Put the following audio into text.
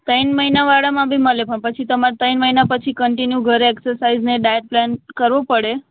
ત્રણ મહિનાવાળામાં બી મળે પણ પછી તમારે ત્રણ મહિના પછી કન્ટીન્યુ ઘરે એક્સસાઇઝ ને ડાયટ પ્લાન કરવું પડે